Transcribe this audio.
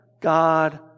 God